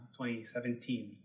2017